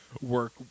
work